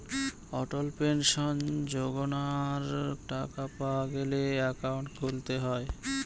অটল pension যোজনার টাকা পাওয়া গেলে একাউন্ট খুলতে হয়